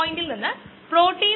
ഇതാണ് reversible reaction